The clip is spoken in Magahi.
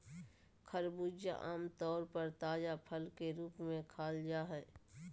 खरबूजा आम तौर पर ताजा फल के रूप में खाल जा हइ